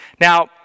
Now